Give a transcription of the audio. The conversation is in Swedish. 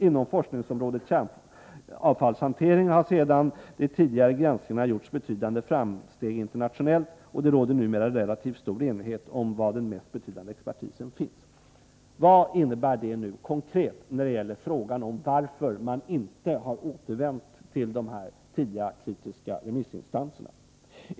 Inom forskningsområdet kärnavfallshantering har efter de tidigare granskningarna gjorts betydande framsteg internationellt, och det råder numera relativt stor enighet om var den mest betydande expertisen finns.” Vad innebär detta konkret när det gäller frågan om varför man inte har återvänt till dessa tidiga kritiska remissinstanser?